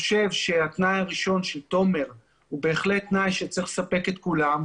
התנאי הראשון שהציע תומר הוא בהחלט תנאי שצריך לספק את כולם.